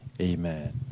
amen